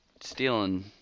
stealing